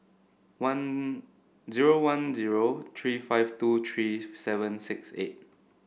zero one zero three five two three seven six eight